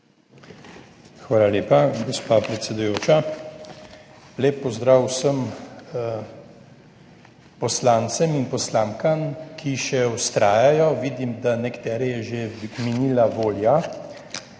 Hvala lepa, gospa predsedujoča. Lep pozdrav vsem poslancem in poslankam, ki še vztrajajo! Vidim, da je nekatere že minila volja.